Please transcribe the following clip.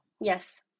yes